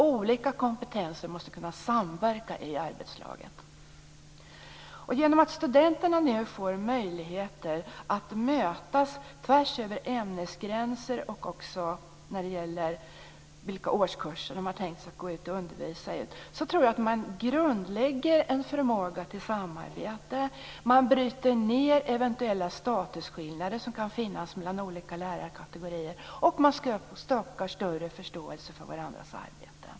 Olika kompetenser måste alltså kunna samverka i arbetslaget. Och genom att studenterna nu får möjligheter att mötas tvärs över ämnesgränser och de årskurser som de har tänkt sig att undervisa i, så tror jag att man grundlägger en förmåga till samarbete, man bryter ned eventuella statusskillnader som kan finnas mellan olika lärarkategorier, och man skapar större förståelse för varandras arbete.